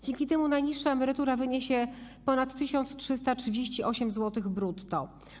Dzięki temu najniższa emerytura wyniesie ponad 1338 zł brutto.